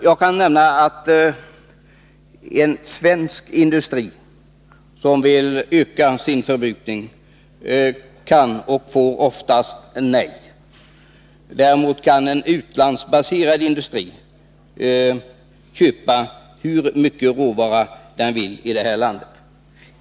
Jag kan nämna att en svensk industri som vill öka sin förbrukning oftast får nej. Däremot kan eniutlandet baserad industri köpa hur mycket råvara den vill i det här landet.